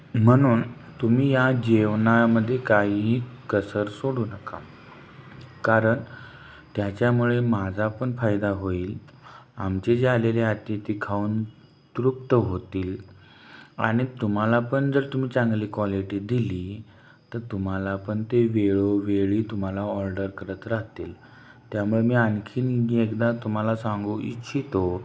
म्हणून तुम्ही या जेवणामध्ये काहीही कसर सोडू नका कारण त्याच्यामुळे माझा पण फायदा होईल आमचे जे आलेले अतिथी खाऊन तृप्त होतील आणि तुम्हाला पण जर तुम्ही चांगली क्वालिटी दिली तर तुम्हाला पण ते वेळोवेळी तुम्हाला ऑर्डर करत राहतील त्यामुळे मी आणखीन एकदा तुम्हाला सांगू इच्छितो